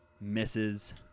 Misses